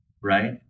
right